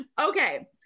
Okay